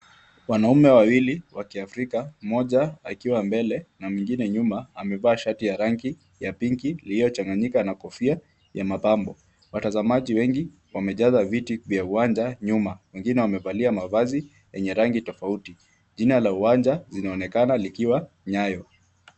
Wanaume wawili wa kiafrika mmoja akiwa mbele na mwingine nyuma amevaa shati ya rangi pinki iliyochanganyika na kofia ya mapambo, watazamaji wengi wamejaza viti vya uwanja nyuma wengine wamevalia mavazi yenye rangi tofauti, jina la uwanja linaonekana likiwa Nyayo.